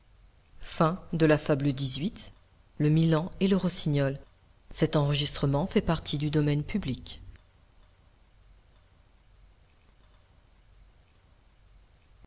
le milan et le rossignol